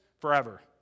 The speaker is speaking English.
Forever